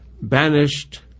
banished